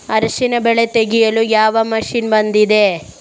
ಅರಿಶಿನ ಬೆಳೆ ತೆಗೆಯಲು ಯಾವ ಮಷೀನ್ ಬಂದಿದೆ?